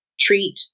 treat